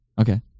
Okay